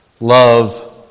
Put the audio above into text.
Love